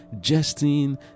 jesting